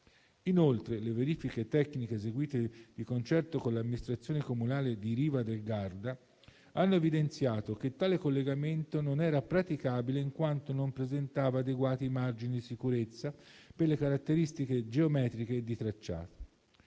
Inoltre, le verifiche tecniche eseguite di concerto con l'amministrazione comunale di Riva del Garda hanno evidenziato che tale collegamento non era praticabile in quanto non presentava adeguati margini di sicurezza per le caratteristiche geometriche di tracciato.